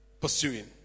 pursuing